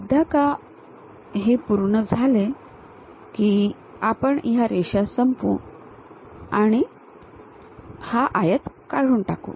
एकदा हे पूर्ण झाले की आपण ह्या रेषा संपवू आणि हा आयत काढून टाकू